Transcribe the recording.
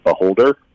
beholder